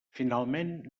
finalment